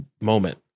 moment